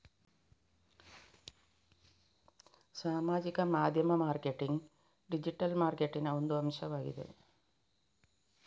ಸಾಮಾಜಿಕ ಮಾಧ್ಯಮ marketing digital ಮಾರ್ಕೆಟಿಂಗಿನ ಒಂದು ಅಂಶವಾಗಿದೆ